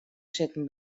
sitten